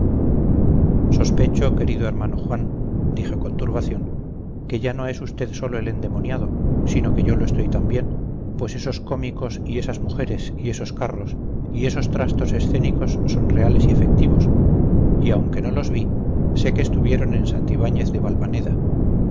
sospecho querido hermano juan dije con turbación que ya no es usted solo el endemoniado sino que yo lo estoy también pues esos cómicos y esas mujeres y esos carros y esos trastos escénicos son reales y efectivos y aunque no los vi sé que estuvieron en santibáñez de valvaneda